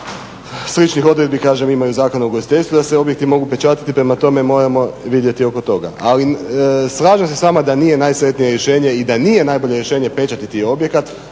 Sličnih odredbi kažem imaju Zakon o ugostiteljstvu da se objekti mogu pečatiti prema tome moramo vidjeti oko toga. Ali slažem se s vama da nije najsretnije rješenje i da nije najbolje rješenje pečatiti objekat,